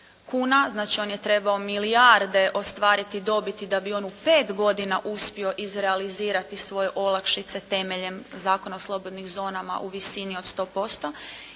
kuna. Znači on je trebao milijarde ostvariti i dobiti da bi on u 5 godina uspio izrealizirati svoje olakšice temeljem Zakona o slobodnim zonama u visini od 100%